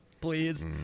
Please